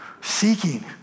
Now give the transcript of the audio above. Seeking